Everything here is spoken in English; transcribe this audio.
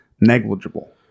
negligible